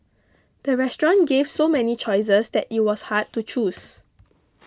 the restaurant gave so many choices that it was hard to choose